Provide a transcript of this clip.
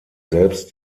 selbst